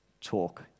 talk